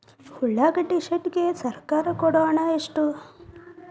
ಉಳ್ಳಾಗಡ್ಡಿ ಶೆಡ್ ಗೆ ಸರ್ಕಾರ ಕೊಡು ಹಣ ಎಷ್ಟು?